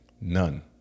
None